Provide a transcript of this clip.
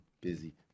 Busy